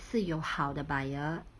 是有好的 buyer